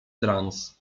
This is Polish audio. trans